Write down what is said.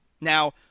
Now